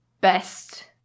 best